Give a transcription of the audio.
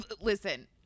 Listen